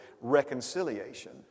reconciliation